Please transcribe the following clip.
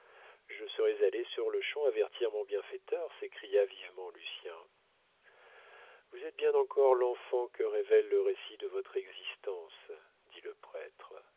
je serais allé sur-le-champ avertir mon bienfaiteur s'écria vivement lucien vous êtes bien encore l'enfant que révèle le récit de votre existence dit le prêtre